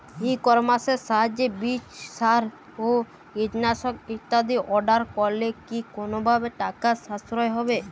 ই কমার্সের সাহায্যে বীজ সার ও কীটনাশক ইত্যাদি অর্ডার করলে কি কোনোভাবে টাকার সাশ্রয় হবে?